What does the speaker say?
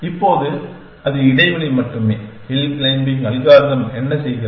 இப்போது அது இடைவெளி மட்டுமே ஹில் க்ளைம்பிங் அல்காரிதம் என்ன செய்கிறது